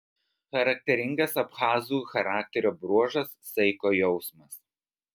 charakteringas abchazų charakterio bruožas saiko jausmas